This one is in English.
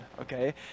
Okay